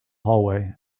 hallway